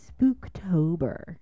Spooktober